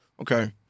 Okay